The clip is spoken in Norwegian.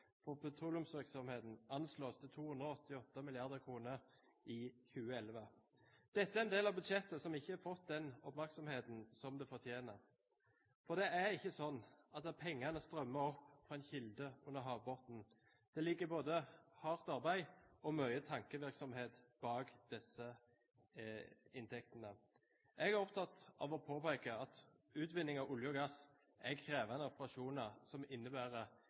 fra petroleumsvirksomheten anslås til 288 mrd. kroner i 2011.» Dette er en del av budsjettet som ikke har fått den oppmerksomheten som det fortjener. For det er ikke sånn at pengene strømmer opp fra en kilde under havbunnen. Det ligger både hardt arbeid og mye tankevirksomhet bak disse inntektene. Jeg er opptatt av å påpeke at utvinning av olje og gass er krevende operasjoner som innebærer